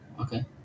Okay